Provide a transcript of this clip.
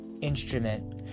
instrument